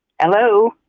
Hello